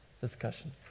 discussion